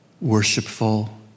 worshipful